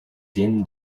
din